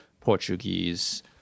Portuguese